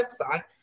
website